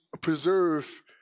preserve